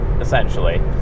essentially